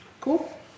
Cool